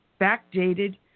backdated